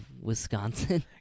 Wisconsin